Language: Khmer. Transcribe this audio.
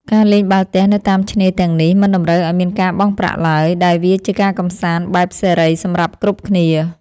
ការលេងបាល់ទះនៅតាមឆ្នេរទាំងនេះមិនតម្រូវឱ្យមានការបង់ប្រាក់ឡើយ ដែលវាជាការកម្សាន្តបែបសេរីសម្រាប់គ្រប់គ្នា។